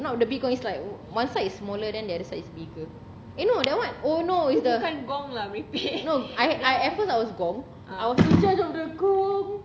not the big gong is like one side is smaller than the other side is bigger you know that what oh no it's the I I at first I was gong I was in charge of the gong